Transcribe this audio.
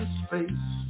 space